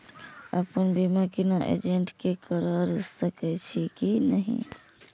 अपन बीमा बिना एजेंट के करार सकेछी कि नहिं?